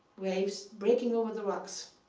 waves breaking over the rocks.